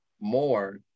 more